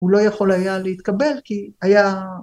הוא לא יכול היה להתקבל כי היה